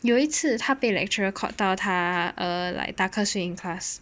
有一次他被 lecturer caught 到他 err like 打瞌睡 in class